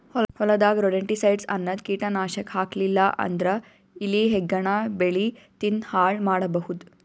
ಹೊಲದಾಗ್ ರೊಡೆಂಟಿಸೈಡ್ಸ್ ಅನ್ನದ್ ಕೀಟನಾಶಕ್ ಹಾಕ್ಲಿಲ್ಲಾ ಅಂದ್ರ ಇಲಿ ಹೆಗ್ಗಣ ಬೆಳಿ ತಿಂದ್ ಹಾಳ್ ಮಾಡಬಹುದ್